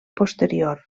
posterior